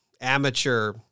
amateur